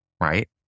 Right